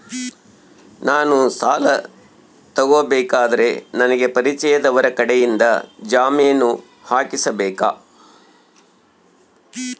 ನಾನು ಸಾಲ ತಗೋಬೇಕಾದರೆ ನನಗ ಪರಿಚಯದವರ ಕಡೆಯಿಂದ ಜಾಮೇನು ಹಾಕಿಸಬೇಕಾ?